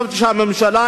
שהממשלה,